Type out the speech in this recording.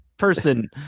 person